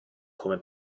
come